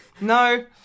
No